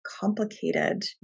complicated